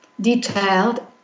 detailed